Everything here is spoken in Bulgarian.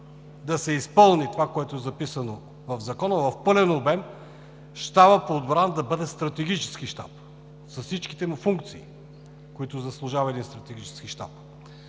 да се изпълни това, което е записано в Закона, в пълен обем – Щабът по отбраната да бъде стратегически щаб с всичките му функции, които заслужава един стратегически щаб.